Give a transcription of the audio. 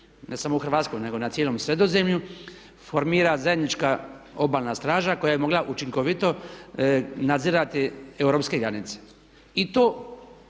ne samo u Hrvatskoj nego na cijelom Sredozemlju formira zajednička obalna straža koja je mogla učinkovito nadzirati europske granice.